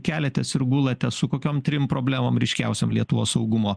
keliatės ir gulate su kokiom trim problemom ryškiausiom lietuvos saugumo